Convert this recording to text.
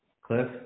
Cliff